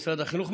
משרד החינוך,